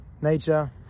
nature